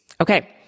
Okay